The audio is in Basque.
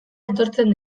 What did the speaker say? etortzen